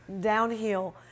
downhill